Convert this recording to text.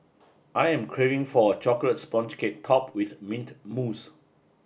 I am craving for a chocolate sponge cake top with mint mousse